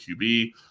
QB